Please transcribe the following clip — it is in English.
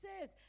says